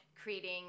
creating